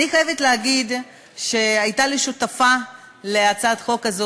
אני חייבת להגיד שהייתה לי שותפה להצעת החוק הזו,